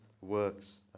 works